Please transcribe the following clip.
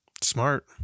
Smart